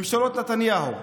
ממשלות נתניהו.